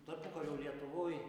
tarpukario lietuvoj